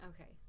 Okay